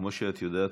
כמו שאת יודעת,